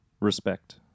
respect